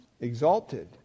exalted